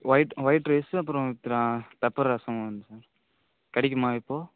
white white rice அப்புறம் ப்ரா pepper ரசமும் வேணும் சார் கிடைக்குமா இப்போ